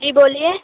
جی بولیے